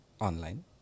online